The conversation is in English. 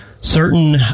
Certain